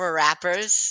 rappers